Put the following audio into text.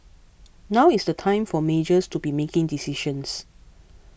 now is the time for majors to be making decisions